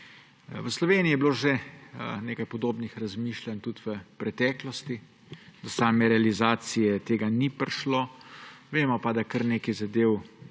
V Sloveniji je bilo že nekaj podobnih razmišljanj tudi v preteklosti. Do same realizacije tega ni prišlo, vemo pa, da kar nekaj zadev